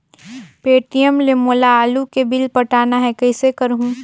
Paytm ले मोला आलू के बिल पटाना हे, कइसे करहुँ?